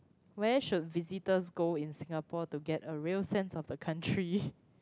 where should visitors go in Singapore to get a real sense of the country